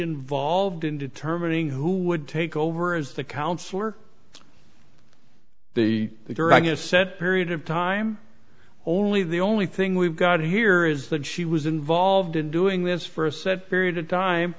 involved in determining who would take over as the counselor the during a set period of time only the only thing we've got here is that she was involved in doing this for a set period of time